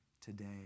Today